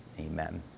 amen